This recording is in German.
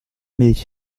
milch